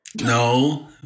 No